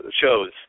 shows